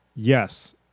Yes